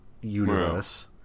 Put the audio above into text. universe